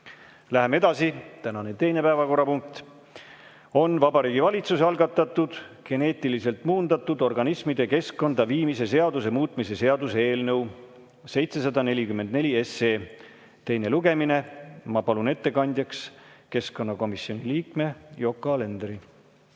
Läheme edasi. Tänane teine päevakorrapunkt on Vabariigi Valitsuse algatatud geneetiliselt muundatud organismide keskkonda viimise seaduse muutmise seaduse eelnõu 744 teine lugemine. Ma palun ettekandjaks keskkonnakomisjoni liikme Yoko Alenderi!